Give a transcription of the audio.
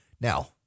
Now